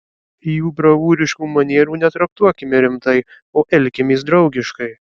jų bravūriškų manierų netraktuokime rimtai o elkimės draugiškai